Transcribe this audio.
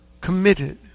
committed